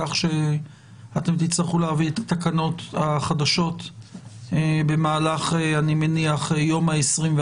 כך שאתם תצטרכו להביא את התקנות החדשות במהלך יום ה-21,